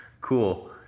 cool